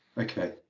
okay